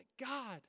God